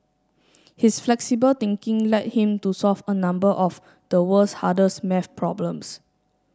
his flexible thinking led him to solve a number of the world's hardest maths problems